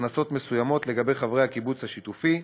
הכנסות מסוימות לגבי חברי הקיבוץ השיתופי,